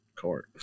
court